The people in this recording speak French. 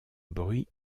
bruit